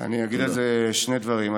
אני אגיד על זה שני דברים,